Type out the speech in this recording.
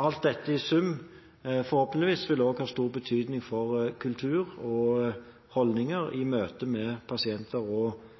Alt dette i sum vil forhåpentligvis ha stor betydning for kultur og holdninger i møte med pasienter og